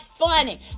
Funny